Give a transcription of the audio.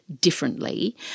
differently